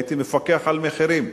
הייתי מפקח על מחירים.